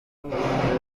universidad